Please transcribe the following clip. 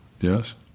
Yes